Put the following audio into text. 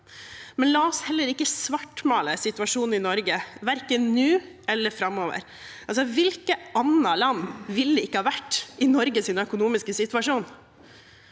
Men la oss heller ikke svartmale situasjonen i Norge, verken nå eller framover. Hvilke andre land ville ikke ha vært i Norges økonomiske situasjon?